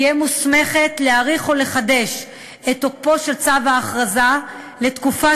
תהיה מוסמכת להאריך או לחדש את תוקפו של צו ההכרזה לתקופה